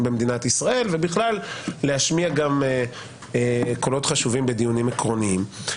במדינת ישראל ובגלל להשמיע קולות חשובים בדיונים עקרוניים.